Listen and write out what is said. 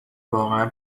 واقعا